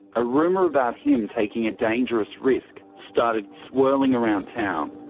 a rumour about him taking a dangerous risk started swirling around town.